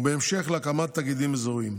ובהמשך, להקמת תאגידים אזוריים.